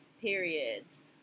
Periods